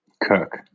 Cook